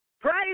Praise